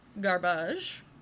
garbage